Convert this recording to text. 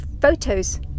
photos